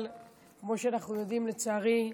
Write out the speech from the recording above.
אבל כמו שאנחנו יודעים, לצערי,